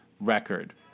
record